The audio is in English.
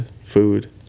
food